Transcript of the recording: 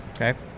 Okay